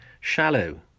shallow